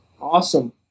Awesome